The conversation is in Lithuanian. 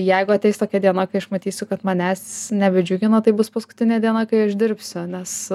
jeigu ateis tokia diena kai aš matysiu kad manęs nebedžiugino tai bus paskutinė diena kai aš dirbsiu nes